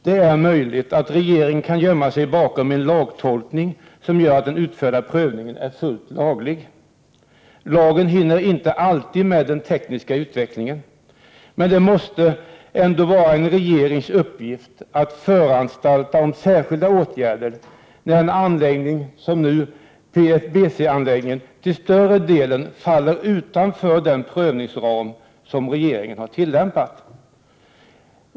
Det är möjligt att regeringen kan gömma sig bakom en lagtolkning som gör den utförda prövningen fullt laglig. Lagen hinner inte alltid med den tekniska utvecklingen, men det måste ändå vara en regerings uppgift att föranstalta om särskilda åtgärder när en anläggning som nu PFBC-anläggningen till större delen faller utanför den prövningsram som regeringen tillämpat.